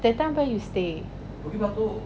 that time where you stay